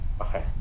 okay